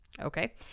Okay